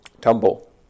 tumble